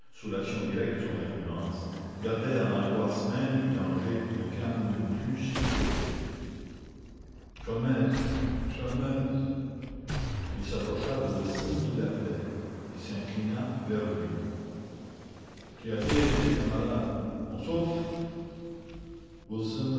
sous l'action directe de son influence gardaient dans l'angoisse même du danger le calme le plus inexplicable sholmès sholmès il s'approcha de wilson qui l'appelait et s'inclina vers lui qu'y a-t-il vieux camarade on souffre wilson